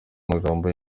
amagambo